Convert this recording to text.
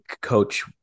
coach